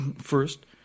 first